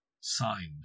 Signed